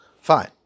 Fine